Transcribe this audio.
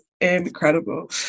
incredible